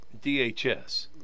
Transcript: DHS